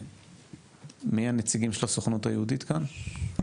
מי הנציגים בסוכנות היהודית כאן?